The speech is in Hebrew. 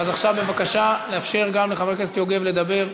אז עכשיו בבקשה לאפשר לחבר הכנסת יוגב לדבר.